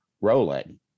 rolling